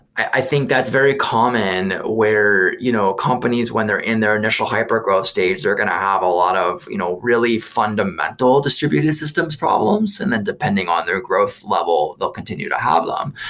i think that's very common where you know companies, when they're in their initial hypergrowth stage, they're going to have a lot of you know really fundamental distributed systems problems, and then depending on their growth level, they'll continue to have them.